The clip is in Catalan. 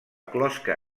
closca